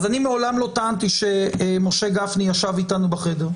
אז אני מעולם לא טענתי שמשה גפני ישב איתנו בחדר,